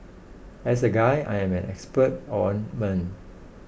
as a guy I'm an expert on men